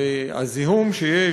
והזיהום שיש